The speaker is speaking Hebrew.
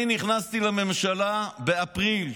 אני נכנסתי לממשלה באפריל.